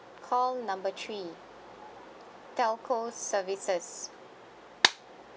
call number three telco services